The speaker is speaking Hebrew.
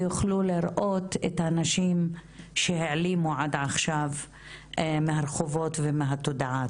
ויוכלו לראות את הנשים שהעלימו עד עכשיו מהרחובות ומהתודעה.